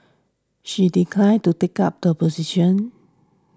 she declined to take up the position